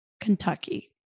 Kentucky